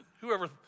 Whoever